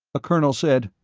a colonel said,